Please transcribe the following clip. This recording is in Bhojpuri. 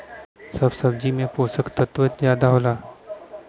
सब सब्जी में पोसक तत्व जादा होला